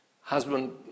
husband